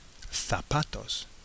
Zapatos